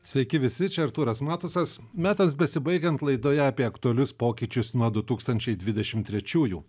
sveiki visi čia artūras matusas metas besibaigiant laidoje apie aktualius pokyčius nuo du tūkstančiai dvidešim trečiųjų